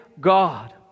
God